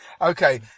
Okay